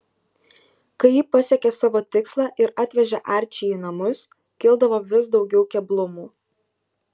kai ji pasiekė savo tikslą ir atvežė arčį į namus kildavo vis daugiau keblumų